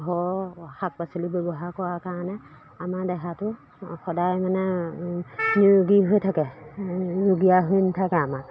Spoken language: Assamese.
ঘৰ শাক পাচলি ব্যৱহাৰ কৰাৰ কাৰণে আমাৰ দেহাটো সদায় মানে নিৰোগী হৈ থাকে ৰোগীয়া হৈ নাথাকে আমাৰ